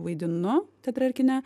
vaidinu teatre ir kine